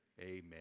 Amen